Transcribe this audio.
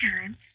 time